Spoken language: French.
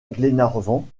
glenarvan